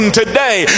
today